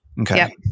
Okay